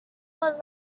not